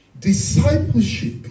Discipleship